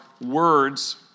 words